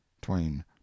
twain